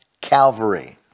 Calvary